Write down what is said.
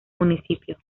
municipio